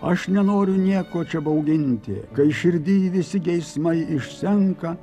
aš nenoriu nieko čia bauginti kai širdy visi geismai išsenka